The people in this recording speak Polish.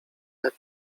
jak